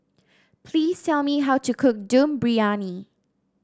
please tell me how to cook Dum Briyani